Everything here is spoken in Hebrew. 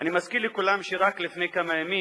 אני מזכיר לכולם שרק לפני כמה ימים